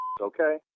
Okay